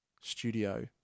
studio